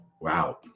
Wow